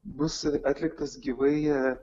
bus atliktas gyvai